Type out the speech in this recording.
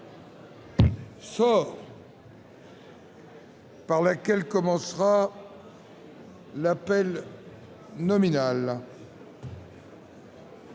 lettre par laquelle commencera l'appel nominal.